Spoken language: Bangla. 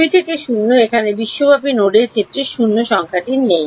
2 থেকে 0 এখানে বিশ্বব্যাপী নোডের ক্ষেত্রে 0 সংখ্যা নেই